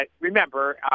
remember